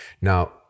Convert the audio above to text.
now